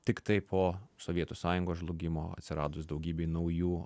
tiktai po sovietų sąjungos žlugimo atsiradus daugybei naujų